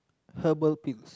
herbal pills